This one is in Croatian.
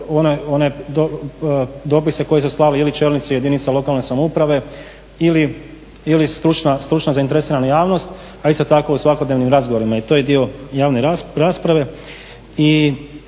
one dopise koje su slali ili čelnici jedinica lokalne samouprave ili stručna zainteresirana javnost, a isto tako i u svakodnevnim razgovorima. I to je dio javne rasprave.